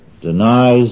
denies